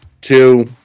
two